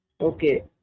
Okay